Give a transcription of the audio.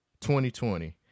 2020